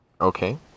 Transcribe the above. Okay